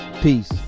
Peace